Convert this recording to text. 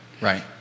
right